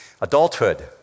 Adulthood